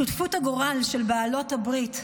שותפות הגורל של בעלות הברית,